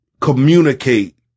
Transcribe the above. communicate